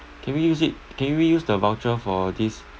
can we use it can we use the voucher for this